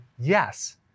yes